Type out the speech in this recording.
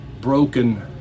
broken